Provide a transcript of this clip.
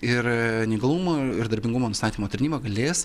ir neįgalumo ir darbingumo nustatymo tarnyba galės